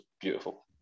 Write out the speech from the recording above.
beautiful